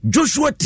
Joshua